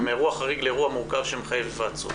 ומאירוע חריג לאירוע מורכב שמחייב היוועצות?